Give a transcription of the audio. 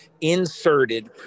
inserted